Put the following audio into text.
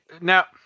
Now